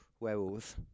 Werewolves